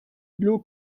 blue